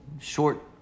short